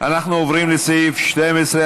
אנחנו עוברים לסעיף 12,